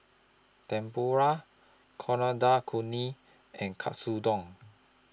Tempura Coriander Chutney and Katsudon